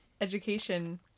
education